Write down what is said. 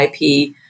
IP